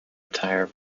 attire